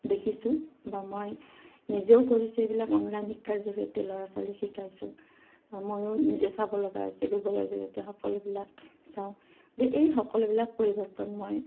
দেখিছোঁ বা মই নিজেও কৰিছোঁ এইবিলাক অনলাইন শিক্ষাৰ জৰিয়তে ল'ৰা ছোৱালীক শিকাইছোঁ মইয়ো নিজে চাব লগা হৈছে গুগলৰ জৰিয়তে সকলোবিলাক চাওঁ গতিকে এই সকলোবিলাক পৰিৱৰ্তন মই